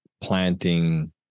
planting